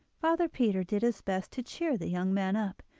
father peter did his best to cheer the young man up,